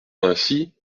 ainsi